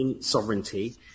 sovereignty